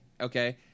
okay